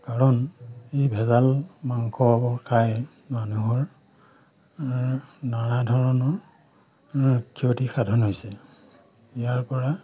কাৰণ এই ভেজাল মাংসবোৰ খাই মানুহৰ নানা ধৰণৰ ক্ষতি সাধন হৈছে ইয়াৰ পৰা